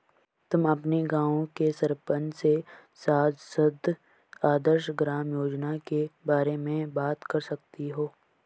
तुम अपने गाँव के सरपंच से सांसद आदर्श ग्राम योजना के बारे में बात कर सकती हो